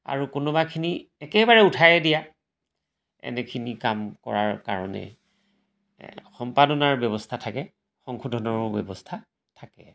আৰু কোনোবাখিনি একেবাৰে উঠায়ে দিয়া এনেখিনি কাম কৰাৰ কাৰণে সম্পাদনাৰ ব্যৱস্থা থাকে সংশোধনৰো ব্যৱস্থা থাকে